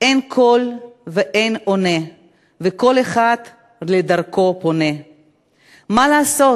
/ אין קול ואין עונה וכל אחד לדרכו פונה / מה לעשות,